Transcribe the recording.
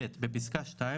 (ב)בפסקה (2),